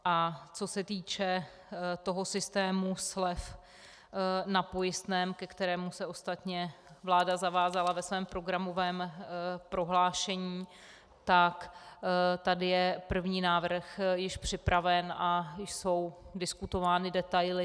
A co se týče systému slev na pojistném, ke kterému se ostatně vláda zavázala ve svém programovém prohlášení, tak tady je první návrh již připraven a jsou diskutovány detaily.